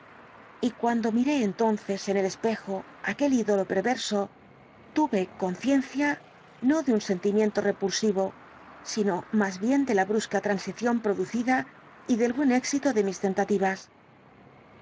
y cuando miré entonces en el espejo aquel ídolo perverso tuve conciencia no de un sentimiento repulsivo sino más bien de la brusca transición producida y del buen éxito de mis tentativas